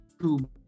two